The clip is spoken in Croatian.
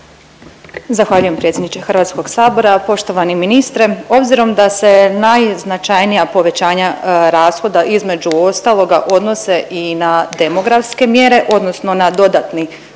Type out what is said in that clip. Zahvaljujem predsjedniče Hrvatskog sabora, poštovani ministre. Obzirom da se najznačajnija povećanja rashoda između ostaloga odnose i na demografske mjere, odnosno na dodatni